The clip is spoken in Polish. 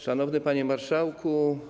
Szanowny Panie Marszałku!